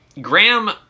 Graham